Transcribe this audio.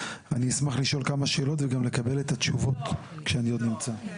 אשמח לשאול כמה שאלות ולקבל את התשובות כשאני עוד נמצא.